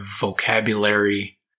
vocabulary